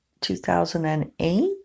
2008